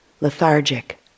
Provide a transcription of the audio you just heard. lethargic